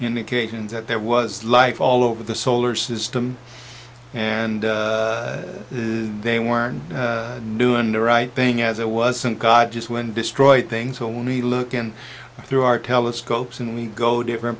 indications that there was life all over the solar system and they were doing the right thing as it wasn't god just when destroyed things only look in through our telescopes and we go different